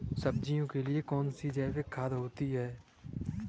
सब्जियों के लिए कौन सी जैविक खाद सही होती है?